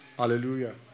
Hallelujah